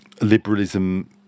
liberalism